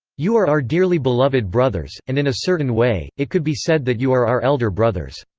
you are our dearly beloved brothers, and in a certain way, it could be said that you are our elder brothers.